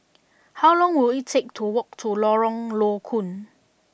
how long will it take to walk to Lorong Low Koon